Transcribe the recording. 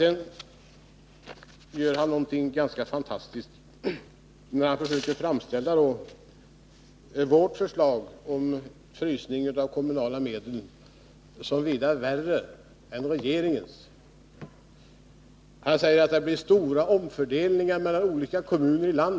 Sedan gör Rolf Rämgård något ganska fantastiskt, när han försöker framställa vårt förslag om frysning av kommunala medel som vida värre än regeringens förslag. Han säger att det enligt vårt förslag blir stora omfördelningar mellan olika kommuner i landet.